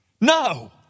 No